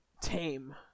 tame